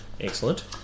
excellent